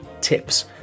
tips